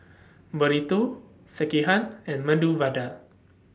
Burrito Sekihan and Medu Vada